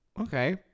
Okay